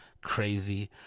crazy